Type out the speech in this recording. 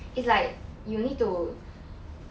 it's like you need to